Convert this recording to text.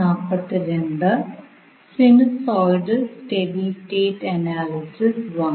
നമസ്കാരം